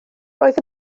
roedd